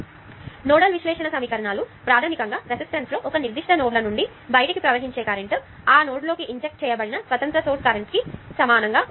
కాబట్టి నోడల్ విశ్లేషణ సమీకరణాలు ప్రాథమికంగా రెసిస్టన్స్ లో ఒక నిర్దిష్ట నోడ్ల నుండి బయటికి ప్రవహించే కరెంట్ ఆ నోడ్లోకి ఇంజెక్ట్ చేయబడిన స్వతంత్ర కరెంట్ సోర్స్ కి సమానం